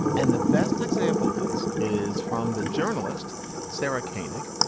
and the best example of this is from the journalist sarah canek.